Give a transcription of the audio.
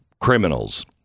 criminals